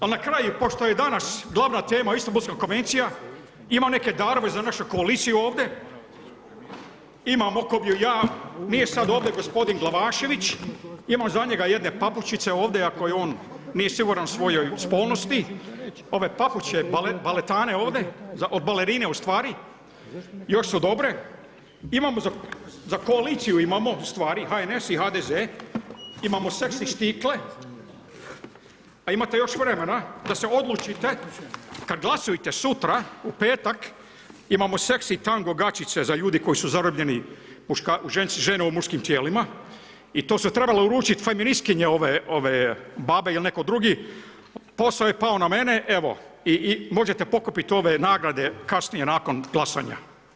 Ali na kraju pošto je danas glavna tema Istanbulska konvencija, imam neke darove za našu koaliciju ovdje, … nije sad ovdje gospodin Glavašević, imam za njega jedne papučice ovdje ako on nije siguran u svojoj spolnosti, ove papuče, baletane ovdje, od balerine ustvari, još su dobre, imam za koaliciju stvari, HNS i HDZ, imamo seksi štikle, a imate još vremena da se odlučite kad glasujete sutra, u petak, imamo seksi tanga gaćice za ljude koji su zarobljeni, žene u muškim tijelima i to su trebale uručiti feministkinje ove B.A.B.E. ili netko drugi, posao je pao na mene i možete pokupiti ove nagrade kasnije nakon glasanja.